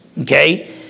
okay